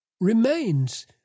remains